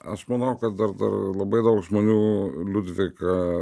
aš manau kad dar dar labai daug žmonių liudviką